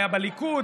היה בליכוד,